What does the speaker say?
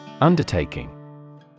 Undertaking